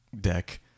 deck